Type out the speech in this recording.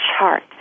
chart